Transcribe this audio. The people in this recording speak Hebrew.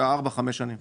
ארבע, חמש שנים.